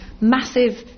massive